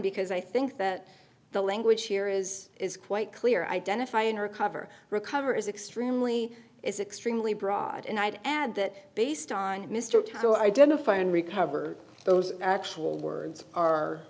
because i think that the language here is is quite clear identify and recover recover is extremely is extremely broad and i'd add that based on mr to identify and recover those actual words are